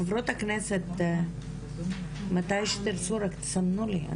חברות הכנסת מתי שתרצו רק תסמנו לי.